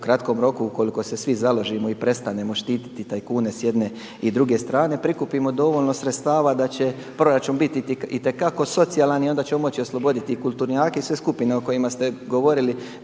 u kratkom roku ukoliko se svi založimo i prestanemo štititi tajkune s jedne i s druge strane prikupimo dovoljno sredstava da će proračun biti itekako socijalan i onda ćemo moći osloboditi i kulturnjake i sve skupine o kojima ste govorili